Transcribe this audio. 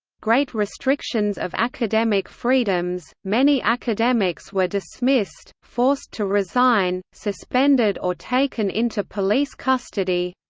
great restrictions of academic freedoms many academics were dismissed, forced to resign, suspended or taken into police custody